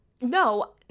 no